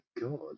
god